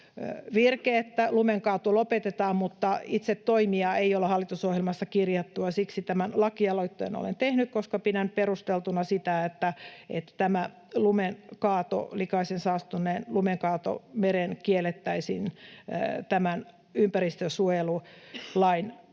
virke, että lumenkaato lopetetaan, mutta itse toimia ei ole hallitusohjelmassa kirjattu, ja siksi tämän lakialoitteen olen tehnyt, koska pidän perusteltuna sitä, että tämä likaisen, saastuneen lumen kaato mereen kiellettäisiin ympäristönsuojelulain nojalla.